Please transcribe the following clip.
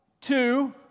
Two